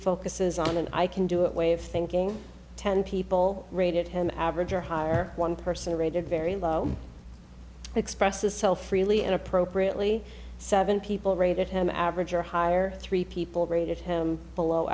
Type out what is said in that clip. focuses on an i can do it way of thinking ten people rated him average or higher one person rated very low expresses self freely and appropriately seven people rated him average or higher three people rated him below